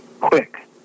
quick